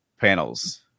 panels